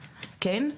כן?